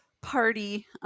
party